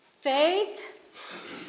faith